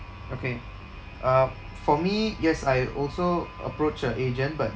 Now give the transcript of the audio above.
okay uh for me yes I also approach a agent but